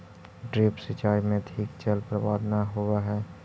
drip सिंचाई में अधिक जल बर्बाद न होवऽ हइ